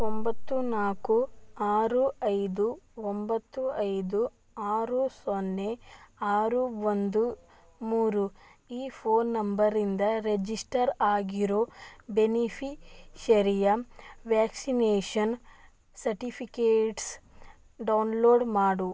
ಒಂಬತ್ತು ನಾಲ್ಕು ಆರು ಐದು ಒಂಬತ್ತು ಐದು ಆರು ಸೊನ್ನೆ ಆರು ಒಂದು ಮೂರು ಈ ಫೋನ್ ನಂಬರಿಂದ ರೆಜಿಸ್ಟರ್ ಆಗಿರೋ ಬೆನಿಫಿಶರೀಯ ವ್ಯಾಕ್ಸಿನೇಷನ್ ಸರ್ಟಿಫಿಕೇಟ್ಸ್ ಡೌನ್ಲೋಡ್ ಮಾಡು